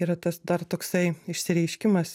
yra tas dar toksai išsireiškimas